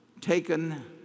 taken